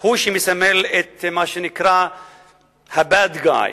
הוא שמסמל את מה שנקרא ה-bad guy,